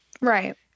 Right